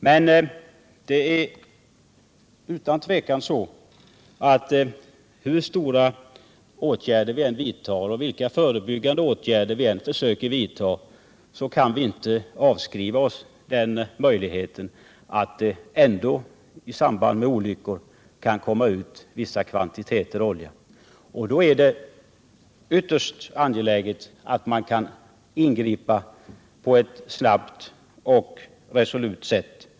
Men utan tvekan kan vi — hur omfattande åtgärder vi än vidtar och vilka förebyggande åtgärder vi än försöker vidta — inte bortse från möjligheten att det ändå, i samband med olyckor, kan komma ut vissa kvantiteter olja. Då är det ytterst angeläget att man kan ingripa snabbt och resolut.